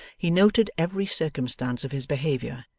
he noted every circumstance of his behaviour,